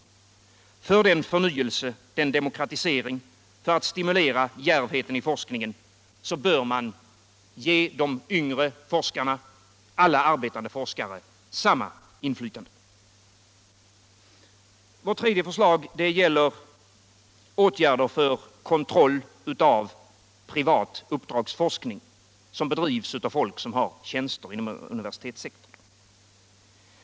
För att åstadkomma förnyelse och demokratisering och för att stimulera djärvheten i forskningen bör man ge de yngre forskarna och alla arbetande forskare samma inflytande. Vårt tredje förslag gäller åtgärder för kontroll av privat uppdragsforskning som bedrivs av folk som har tjänster inom universitetssektorn.